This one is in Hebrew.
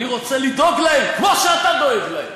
אני רוצה לדאוג להן כמו שאתה דואג להן,